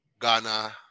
Ghana